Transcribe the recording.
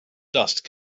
dust